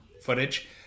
footage